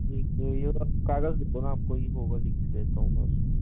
एक ये आप कागज़ लिख दो ना आप कोई होगा लिख देता हूँ मैं उसमें